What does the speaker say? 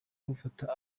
ufata